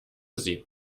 sie